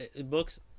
books